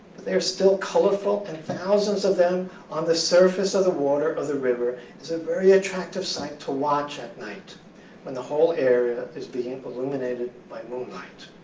they are still colorful and thousands of them on the surface of the water of the river is a very attractive sight to watch at night when the whole area is being illuminated by moonlight.